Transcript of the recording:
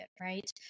right